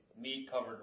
meat-covered